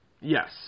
Yes